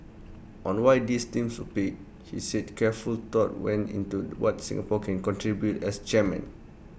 on why these themes were picked he said careful thought went into what Singapore can contribute as chairman